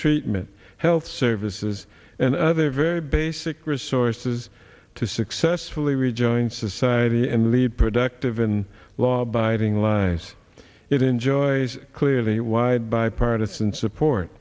treatment health services and other very basic resources to successfully rejoin society and lead productive in law abiding lives it enjoys clearly wide bipartisan support